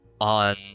on